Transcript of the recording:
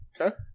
Okay